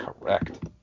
correct